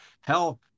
hell